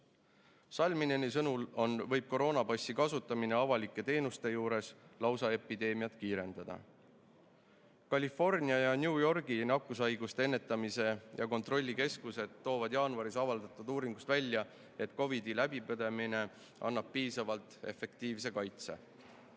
Salmineni sõnul võib koroonapassi kasutamine avalike teenuste juures lausa epideemiat kiirendada. California ja New Yorgi nakkushaiguste ennetamise ja kontrolli keskus toovad jaanuaris avaldatud uuringus esile, et COVID‑i läbipõdemine annab piisavalt efektiivse kaitse.